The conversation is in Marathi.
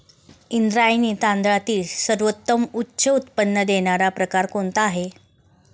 इंद्रायणी तांदळातील सर्वोत्तम उच्च उत्पन्न देणारा प्रकार कोणता आहे?